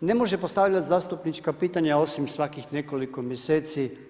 ne može postavljati zastupnička pitanja osim svakih nekoliko mjeseci.